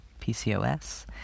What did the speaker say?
PCOS